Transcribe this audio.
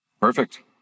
Perfect